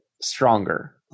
stronger